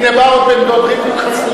הנה, בא עוד, והוא חסיד.